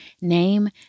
name